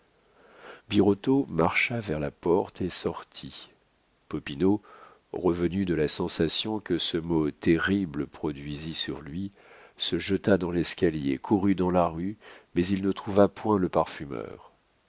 birotteau marcha vers la porte et sortit popinot revenu de la sensation que ce mot terrible produisit sur lui se jeta dans l'escalier courut dans la rue mais il ne trouva point le parfumeur